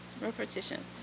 repetition